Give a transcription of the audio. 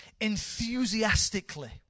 enthusiastically